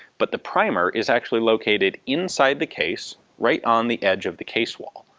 but the primer is actually located inside the case right on the edge of the case wall.